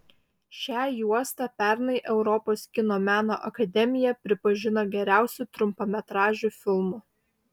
šią juostą pernai europos kino meno akademija pripažino geriausiu trumpametražiu filmu